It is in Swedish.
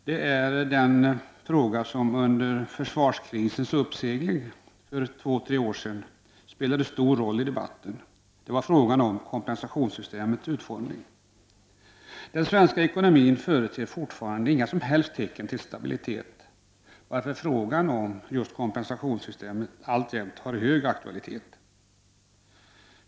Det är den fråga som under den senaste försvarskrisens uppsegling för två tre år sedan spelade stor roll i debatten, nämligen frågan om kompensationssystemets utformning. Den svenska ekonomin företer fortfarande inga som helst tecken på stabilitet, varför frågan om just kompensationssystemet alltjämt har hög aktualitet.